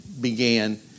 began